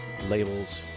labels